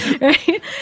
right